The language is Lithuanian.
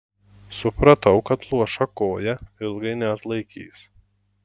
supratau kad luoša koja ilgai neatlaikys